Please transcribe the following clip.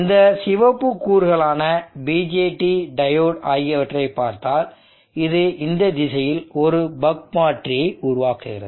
இந்த சிவப்பு கூறுகளான BJT டையோடு ஆகியவற்றை பார்த்தால் இது இந்த திசையில் ஒரு பக் மாற்றியை உருவாக்குகிறது